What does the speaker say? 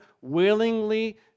willingly